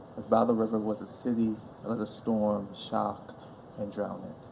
if by the river was a city, let a storm shock and drown it.